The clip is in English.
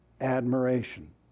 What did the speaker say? admiration